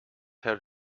her